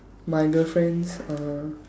my girlfriend's uh